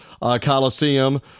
Coliseum